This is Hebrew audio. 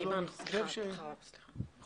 אנחנו